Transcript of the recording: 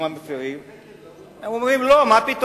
הם אומרים: לא, מה פתאום,